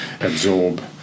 absorb